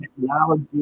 technology